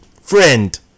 friend